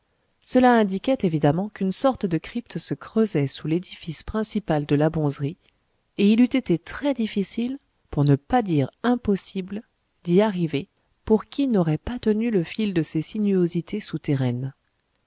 cela indiquait évidemment qu'une sorte de crypte se creusait sous l'édifice principal de la bonzerie et il eût été très difficile pour ne pas dire impossible d'y arriver pour qui n'aurait pas tenu le fil de ces sinuosités souterraines